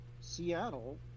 Seattle